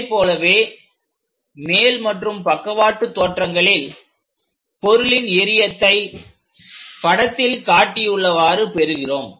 இதைப்போலவே மேல் மற்றும் பக்கவாட்டு தோற்றங்களில் பொருளின் எறியத்தை படத்தில் காட்டியுள்ளவாறு பெறுகிறோம்